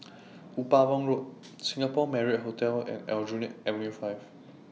Upavon Road Singapore Marriott Hotel and Aljunied Avenue five